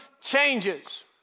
changes